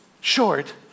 short